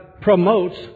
promotes